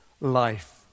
life